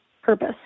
Purpose